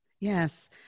Yes